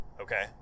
okay